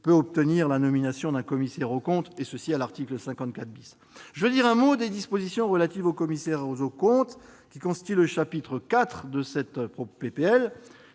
peut obtenir la nomination d'un commissaire aux comptes, à l'article 54 . Je veux dire un mot des dispositions relatives aux commissaires aux comptes, qui constituent le chapitre IV de cette proposition